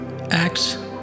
acts